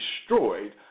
destroyed